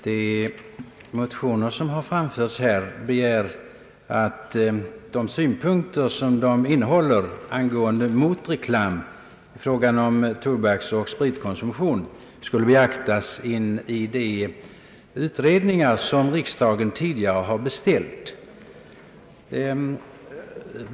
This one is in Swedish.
Herr talman! I de motioner som framförts har man begärt att synpunkterna däri angående motreklam i fråga om tobaksoch spritkonsumtion skulle beaktas i de utredningar som riksdagen tidigare har beställt.